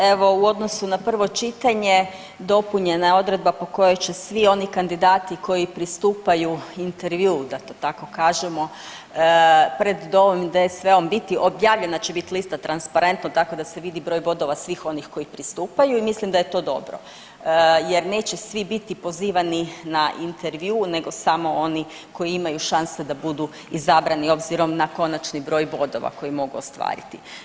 Evo u odnosu na prvo čitanje dopunjena je odredba po kojoj će svi oni kandidati koji pristupaju intervjuu, da to tako kažemo pred DOV-om i DSV-om biti, objavljena će biti lista transparentno tako da se vidi broj bodova svih onih koji pristupaju i mislim da je to dobro jer neće svi biti pozivani na intervju nego samo oni koji imaju šanse da budu izabrani ozbirom na konačni broj bodova koji mogu ostvariti.